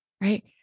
Right